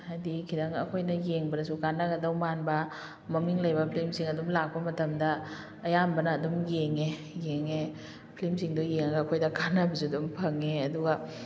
ꯍꯥꯏꯗꯤ ꯈꯤꯇꯪ ꯑꯩꯈꯣꯏꯅ ꯌꯦꯡꯕꯗꯁꯨ ꯀꯥꯟꯅꯒꯗꯧ ꯃꯥꯟꯕ ꯃꯃꯤꯡ ꯂꯩꯕ ꯐꯜꯤꯃꯁꯤꯡ ꯑꯗꯨꯝ ꯂꯥꯛꯄ ꯃꯇꯝꯗ ꯑꯌꯥꯝꯕꯅ ꯑꯗꯨꯝ ꯌꯦꯡꯉꯦ ꯌꯦꯡꯉꯦ ꯐꯜꯤꯃꯁꯤꯡꯗꯣ ꯌꯦꯡꯉꯒ ꯑꯩꯈꯣꯏꯗ ꯀꯥꯅꯕꯁꯨ ꯑꯗꯨꯝ ꯐꯪꯉꯦ ꯑꯗꯨꯒ